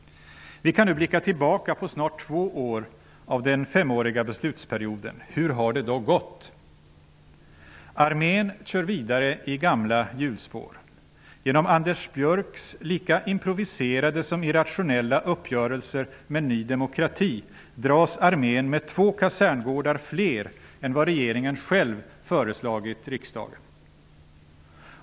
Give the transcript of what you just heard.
Vi kan nu blicka tillbaka på snart två år av den femåriga beslutsperioden. Hur har det då gått? Armén kör vidare i gamla hjulspår. Genom Anders Björcks lika improviserade som irrationella uppgörelser med Ny demokrati dras armén med två kaserngårdar mer än vad regeringen själv föreslagit riksdagen.